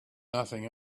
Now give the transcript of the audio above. nothing